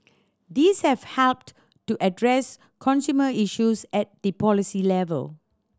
these have helped to address consumer issues at the policy level